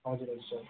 हजुर हजुर सर